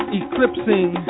eclipsing